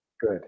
Good